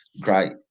great